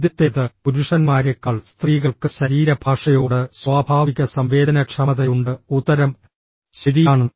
ആദ്യത്തേത് പുരുഷന്മാരേക്കാൾ സ്ത്രീകൾക്ക് ശരീരഭാഷയോട് സ്വാഭാവിക സംവേദനക്ഷമതയുണ്ട് ഉത്തരം ശരിയാണ്